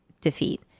defeat